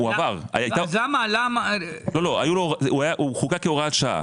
הוא חוקק כהוראת שעה.